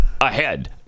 ahead